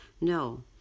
No